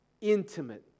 intimate